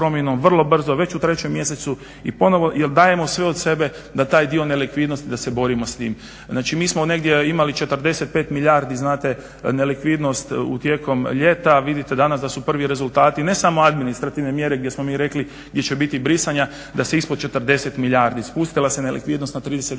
vrlo brzo već u trećem mjesecu i ponovo dajemo sve od sebe da taj dio nelikvidnosti da se borimo s tim. Znači mi smo negdje imali 45 milijardi nelikvidnost u tijekom ljeta, vidite danas da su prvi rezultati ne samo administrativne mjere gdje smo mi rekli da ćete biti brisanja, da se ispod 40 milijardi spustila. Spustila se nelikvidnost na 39 milijardi.